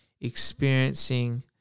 experiencing